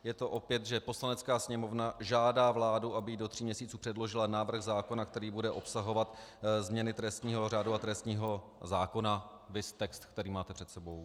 Je to opět, že Poslanecká sněmovna žádá vládu, aby jí do tří měsíců předložila návrh zákona, který bude obsahovat změny trestního řádu a trestního zákona, viz text, který máte před sebou.